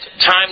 time